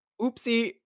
oopsie